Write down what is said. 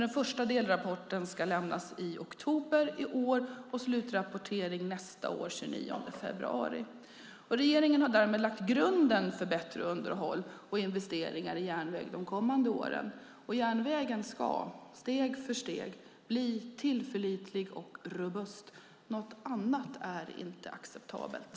En första delrapport ska lämnas i oktober i år, och slutrapportering ska ske nästa år den 29 februari. Regeringen har därmed lagt grunden för bättre underhåll och investeringar i järnväg de kommande åren. Järnvägen ska, steg för steg, bli tillförlitlig och robust. Något annat är inte acceptabelt.